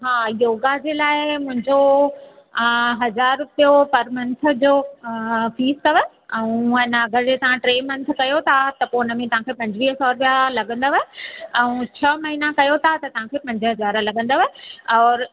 हा योगा जे लाइ मुंहिंजो हज़ार रुपियो पर मंथ जो फीस अथव ऐं अञा अगरि तव्हां टे मंथ कयो था त पोइ हुन में तव्हांखे पंजवीह सौ रुपिया लॻंदव ऐं छह महीना कयो था त तव्हांखे पंज हज़ार लॻंदव और